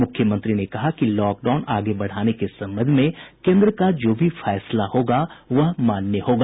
मुख्यमंत्री ने कहा कि लॉकडाउन आगे बढ़ाने के संबंध में केन्द्र का जो भी फैसला होगा वह मान्य होगा